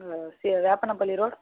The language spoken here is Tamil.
செ வேப்பண்ணப்பள்ளி ரோட்